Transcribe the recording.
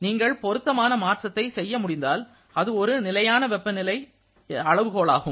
நீங்கள் பொருத்தமான மாற்றத்தை செய்ய முடிந்தால் அது ஒரு நிலையான வெப்பநிலை வெப்பநிலை அளவுகோலாகும்